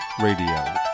Radio